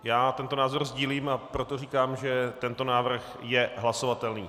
Já tento názor sdílím, a proto říkám, že tento návrh je hlasovatelný.